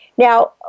Now